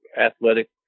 athletic